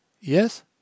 yes